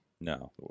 No